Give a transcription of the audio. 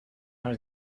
las